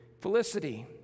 felicity